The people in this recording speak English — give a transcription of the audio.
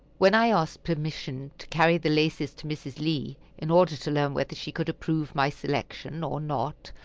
when i asked permission to carry the laces to mrs. lee, in order to learn whether she could approve my selection or not,